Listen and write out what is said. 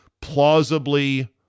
plausibly